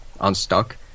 unstuck